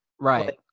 Right